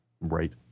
Right